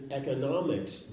economics